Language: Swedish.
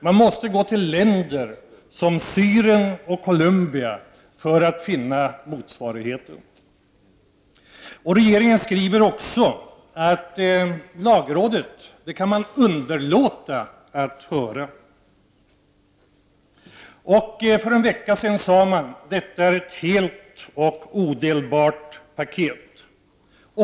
Man måste gå till länder som Syrien och Colombia för att finna en motsvarighet. Regeringen skriver också: Lagrådet kan man underlåta att höra. För en vecka sedan sade man: Detta är ett helt och odelbart paket.